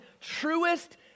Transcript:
truest